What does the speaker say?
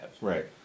Right